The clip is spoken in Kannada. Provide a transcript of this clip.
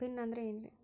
ಪಿನ್ ಅಂದ್ರೆ ಏನ್ರಿ?